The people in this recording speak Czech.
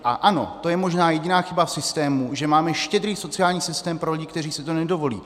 A ano, to je možná jediná chyba v systému, že máme štědrý sociální systém pro lidi, kteří si to nedovolí (?).